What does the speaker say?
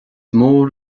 mór